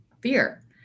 fear